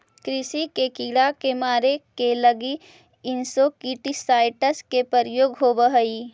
कृषि के कीड़ा के मारे के लगी इंसेक्टिसाइट्स् के प्रयोग होवऽ हई